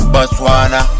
Botswana